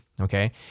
Okay